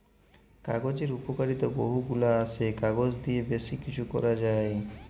কাগজের উপকারিতা বহু গুলা আসে, কাগজ দিয়ে বেশি কিছু করা যায়